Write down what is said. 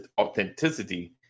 authenticity